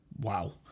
wow